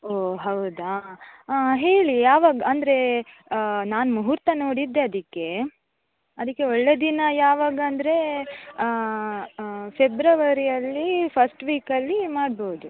ಓಹ್ ಹೌದಾ ಹೇಳಿ ಯಾವಾಗ ಅಂದರೆ ನಾನು ಮೂಹೂರ್ತ ನೋಡಿದ್ದೆ ಅದಕ್ಕೆ ಅದಕ್ಕೆ ಒಳ್ಳೆಯ ದಿನ ಯಾವಾಗ ಅಂದರೆ ಫೆಬ್ರವರಿಯಲ್ಲಿ ಫಸ್ಟ್ ವೀಕಲ್ಲಿ ಮಾಡ್ಬೌದು